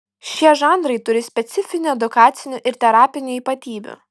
šie žanrai turi specifinių edukacinių ir terapinių ypatybių